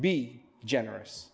be generous